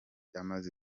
amaze